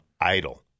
idle